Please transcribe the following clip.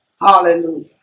Hallelujah